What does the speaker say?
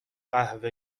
قهوه